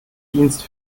dienst